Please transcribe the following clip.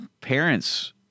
parents